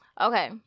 okay